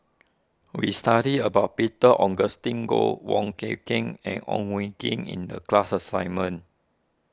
we studied about Peter Augustine Goh Wong Kin Ken and Ong Koh Ken in the class assignment